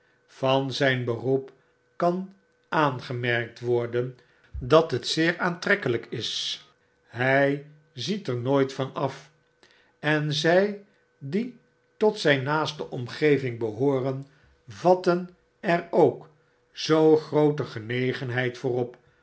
van zfln beroep kan aangemerkt worden dat het zeer aantrekkeljjk is ey ziet er nooit van af en zq die tot zfln naaste omgeving behooren vatten er ook zoo groote genegenheid voor